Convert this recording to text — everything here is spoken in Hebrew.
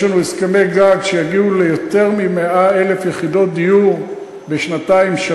יש לנו הסכמי-גג שיגיעו ליותר מ-100,000 יחידות דיור בשנתיים-שלוש.